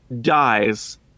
dies